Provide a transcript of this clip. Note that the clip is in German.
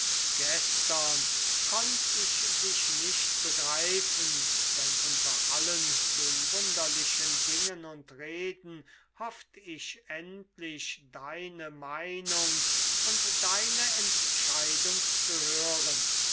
gestern konnt ich dich nicht begreifen denn unter allen den wunderlichen dingen und reden hofft ich endlich deine meinung und deine entscheidung zu hören